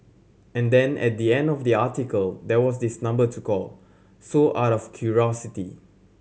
and then at the end of the article there was this number to call so out of curiosity